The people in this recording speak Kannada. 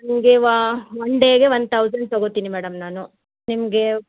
ನಿಮಗೆ ವಾ ಒನ್ ಡೇಗೆ ಒನ್ ತೌಸಂಡ್ ತೊಗೋತಿನಿ ಮೇಡಮ್ ನಾನು ನಿಮಗೆ